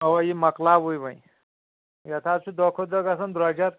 اواہ یہ مۄکلاوٕی وۄنۍ یتھ حظ چُھ دۄہ کھۄتہٕ دۄہ گژھان درٛۄجر